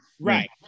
right